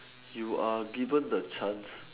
you are given the chance